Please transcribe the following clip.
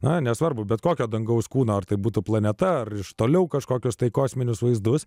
na nesvarbu bet kokio dangaus kūno ar tai būtų planeta ar iš toliau kažkokios tai kosminius vaizdus